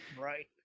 right